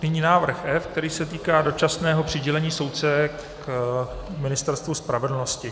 Nyní návrh F, který se týká dočasného přidělení soudce k Ministerstvu spravedlnosti.